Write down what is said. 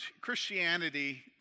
Christianity